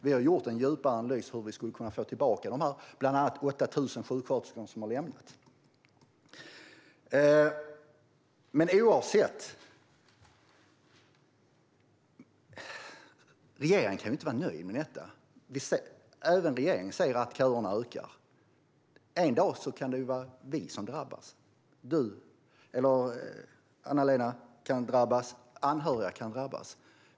Vi har gjort en djupare analys av hur vi ska kunna få tillbaka bland annat de 8 000 sjuksköterskor som har lämnat vården. Oavsett det kan regeringen inte vara nöjd med detta. Även regeringen säger att köerna ökar. En dag kan det vara vi som drabbas. Du kan drabbas, Anna-Lena, och anhöriga kan drabbas.